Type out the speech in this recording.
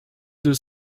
deux